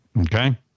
okay